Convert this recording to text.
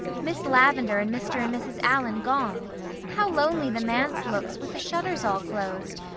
miss lavendar and mr. and mrs. allan gone how lonely the manse looks with the shutters all closed!